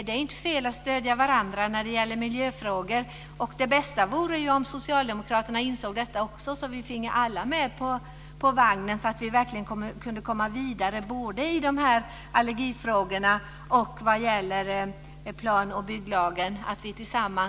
Det är inte fel att stödja varandra i miljöfrågor. Det bästa vore om Socialdemokraterna insåg detta också, så att vi finge alla med på vagnen så att det verkligen går att komma vidare i nästa betänkande både i allergifrågorna och vad gäller plan och bygglagen.